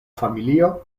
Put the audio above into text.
familio